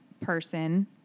person